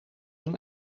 zijn